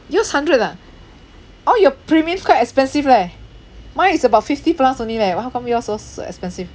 yours hundred ah all your premium quite expensive leh mine is about fifty plus only leh why how come yours so s~ so expensive